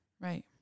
Right